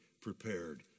prepared